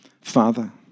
Father